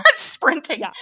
sprinting